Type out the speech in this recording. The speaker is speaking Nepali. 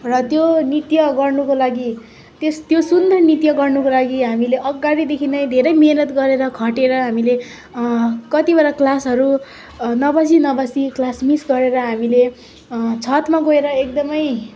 र त्यो नृत्य गर्नुको लागि त्यस्तो सुन्दर नृत्य गर्नुको लागि हामीले अगाडिदेखि नै धेरै मेहनत गरेर खटेर हामीले कतिवटा क्लासहरू नबसी नबसी क्लास मिस गरेर हामीले छतमा गएर एकदम